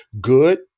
good